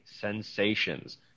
sensations